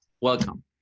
welcome